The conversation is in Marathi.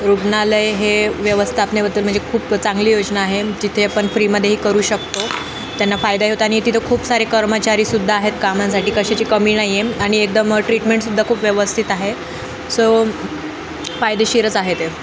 रुग्णालय हे व्यवस्थापनाबद्दल म्हणजे खूप चांगली योजना आहे जिथे आपण फ्रीमध्येही करू शकतो त्यांना फायदा य होतो आणि तिथं खूप सारे कर्मचारीसुद्धा आहेत कामांसाठी कशाची कमी ना नाही आहे आणि एकदम ट्रीटमेंटसुद्धा खूप व्यवस्थित आहे सो फायदेशीरच आहे ते